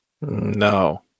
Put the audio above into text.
No